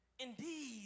Indeed